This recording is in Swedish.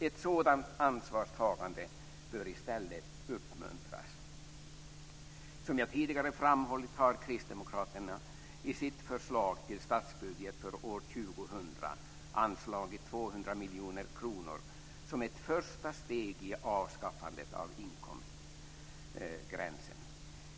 Ett sådant ansvarstagande bör i stället uppmuntras. Som jag tidigare framhållit har kristdemokraterna i sitt förslag till statsbudget för år 2000 anslagit 200 miljoner kronor som ett första steg i avskaffandet av inkomstgränsen.